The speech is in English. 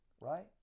right